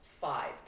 five